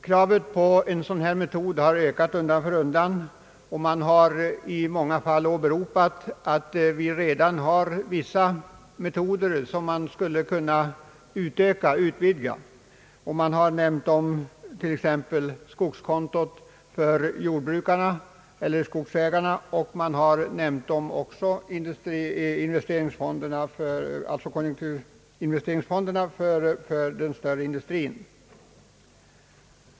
Kravet på en sådan metod har ökat i styrka undan för undan. Det åberopas att det redan finns metoder som skulle kunna utvecklas ytterligare, t.ex. skogskontot för skogsägarna och investeringsfonderna för den större industrin.